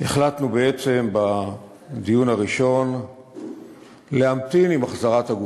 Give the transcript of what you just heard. החלטנו בדיון הראשון להמתין עם החזרת הגופות,